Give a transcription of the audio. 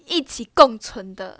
一起共存的